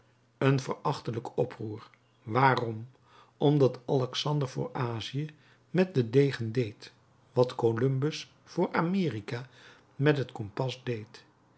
een verachtelijk oproer waarom omdat alexander voor azië met den degen deed wat columbus voor amerika met het kompas deed